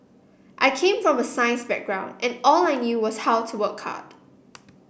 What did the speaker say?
I came from a science background and all I knew was how to work hard